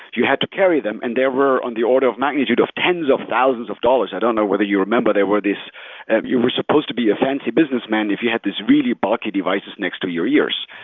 you had to carry them and they were on the order of magnitude of tens of thousands of dollars. i don't know whether you remember, they were these and you were supposed to be a fancy businessman if you had this really bulky device next to your ears.